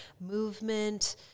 movement